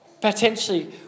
potentially